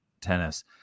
tennis